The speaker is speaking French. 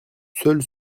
seul